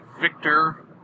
victor